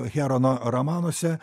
herono romanuose